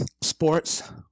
sports